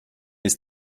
ist